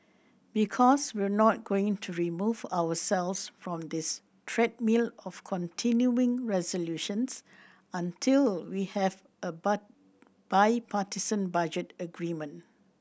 because we're not going to remove ourselves from this treadmill of continuing resolutions until we have a bipartisan budget agreement